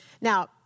Now